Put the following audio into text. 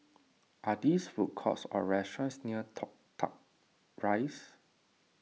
are these food courts or restaurants near Toh Tuck Rise